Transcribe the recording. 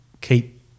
keep